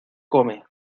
come